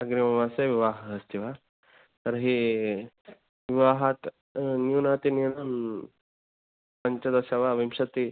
अग्रिमे मासे विवाहः अस्ति वा तर्हि विवाहात् न्यूनातिन्यूनं पञ्चदश वा विंशतिः